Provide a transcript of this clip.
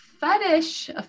Fetish